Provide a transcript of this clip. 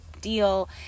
deal